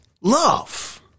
love